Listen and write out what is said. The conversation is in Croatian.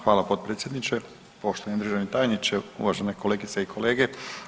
Hvala potpredsjedniče, poštovani državni tajniče, uvažene kolegice i kolege.